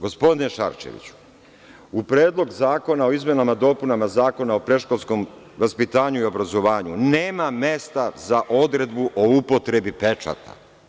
Gospodine Šarčeviću, u Predlogu zakona o izmenama i dopunama Zakona o predškolskom vaspitanju i obrazovanju nema mesta za odredbu o upotrebi pečata.